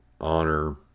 honor